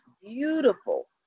beautiful